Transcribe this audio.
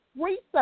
Research